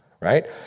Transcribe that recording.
right